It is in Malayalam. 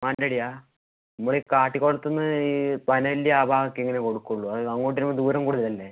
മാനന്തവാടിയാണോ നമ്മള് ഈ കാട്ടിക്കുളത്ത് നിന്ന് ഈ പനവല്ലി ആ ഭാഗമൊക്കെ ഇങ്ങനെയെ കൊടുക്കുകയുള്ളൂ അത് അങ്ങോട്ട് വരുമ്പോള് ദൂരം കൂടുതലല്ലേ